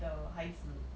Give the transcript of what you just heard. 的孩子